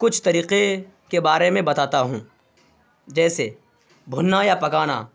کچھ طریقے کے بارے میں بتاتا ہوں جیسے بھوننا یا پکانا